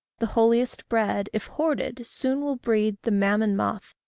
the holiest bread, if hoarded, soon will breed the mammon-moth,